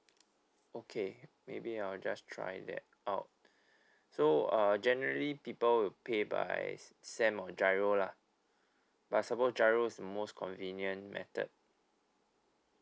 okay maybe I'll just try that out so uh generally people will pay by S_A_M or G_I_R_O lah but I suppose G_I_R_O is the most convenient method